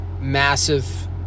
massive